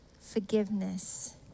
forgiveness